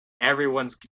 everyone's